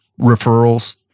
referrals